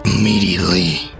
immediately